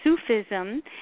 Sufism